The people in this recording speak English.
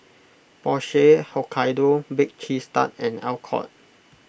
Porsche Hokkaido Baked Cheese Tart and Alcott